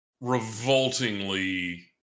revoltingly